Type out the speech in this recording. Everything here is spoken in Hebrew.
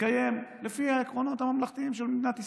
יתקיים לפי העקרונות הממלכתיים של מדינת ישראל.